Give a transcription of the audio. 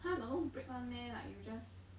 !huh! got no break [one] meh like you just